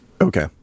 Okay